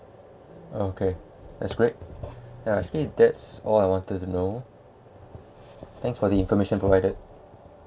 okay that's great ya I think that's all I wanted to know thanks for the information provided